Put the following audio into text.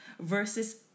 versus